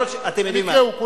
תקראו.